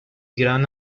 gran